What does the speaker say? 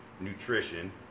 nutrition